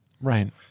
right